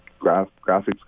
graphics